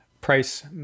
price